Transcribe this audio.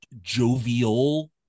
jovial